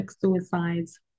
suicides